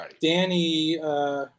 Danny –